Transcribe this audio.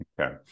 Okay